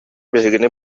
биһигини